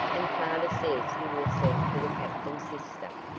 and father says he will send for the captain's sister,